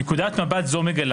נקודת מבט זו מגלה